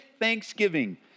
thanksgiving